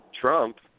Trump